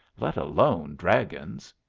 let alone dragons?